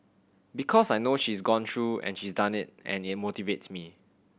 because I know she's gone through and she's done it and it motivates me